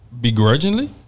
begrudgingly